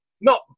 No